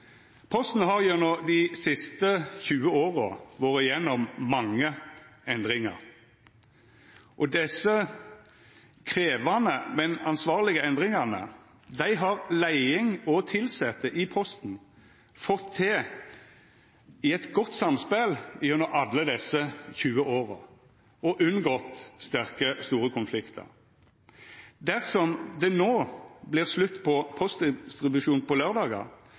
Posten har gjennom dei 20 siste åra vore igjennom mange endringar, og desse krevjande, men ansvarlege endringane har leiing og tilsette i Posten fått til i eit godt samspel gjennom alle desse 20 åra og unngått store konfliktar. Dersom det no vert slutt på postdistribusjon på